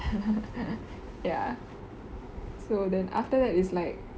ya so then after that is like